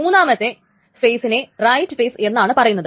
മൂന്നാമത്തെ ഫെയ്സിനെ right phase എന്നാണ് പറയുന്നത്